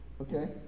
Okay